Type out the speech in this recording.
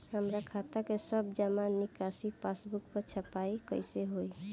हमार खाता के सब जमा निकासी पासबुक पर छपाई कैसे होई?